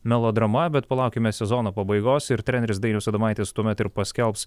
melodrama bet palaukime sezono pabaigos ir treneris dainius adomaitis tuomet ir paskelbs